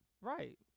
right